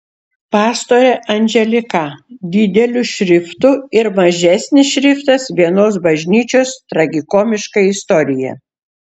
pastorė anželika dideliu šriftu ir mažesnis šriftas vienos bažnyčios tragikomiška istorija